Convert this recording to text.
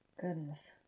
goodness